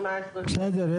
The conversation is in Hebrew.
בסדר,